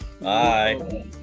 bye